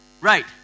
right